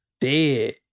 dead